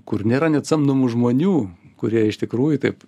kur nėra net samdomų žmonių kurie iš tikrųjų taip